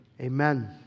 amen